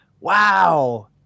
wow